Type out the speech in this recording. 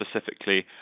specifically